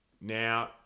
Now